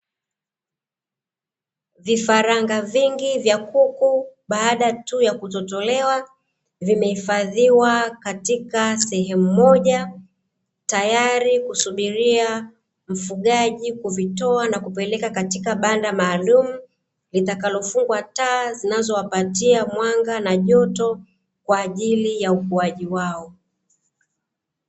Vifaranga vingi vya kuku baada tu ya kutotolewa vimehifadhiwa katika sehemu moja, tayari kusubiria mfugaji kuvitoa na kupeleka katika banda maalumu litakalofungwa taa zinazowapatia mwanga na joto kwa ajili ya ukuaji wao.